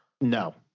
no